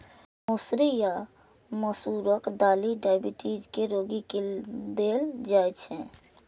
मौसरी या मसूरक दालि डाइबिटीज के रोगी के देल जाइ छै